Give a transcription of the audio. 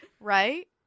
Right